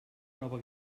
nova